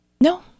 No